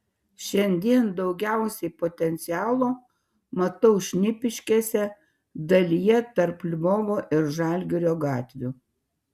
šiandien daugiausiai potencialo matau šnipiškėse dalyje tarp lvovo ir žalgirio gatvių